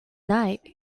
night